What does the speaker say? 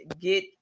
get